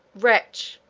wretch!